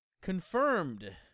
Confirmed